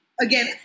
again